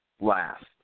last